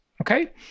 okay